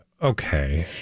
Okay